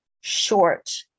short